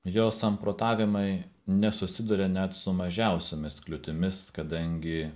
jo samprotavimai nesusiduria net su mažiausiomis kliūtimis kadangi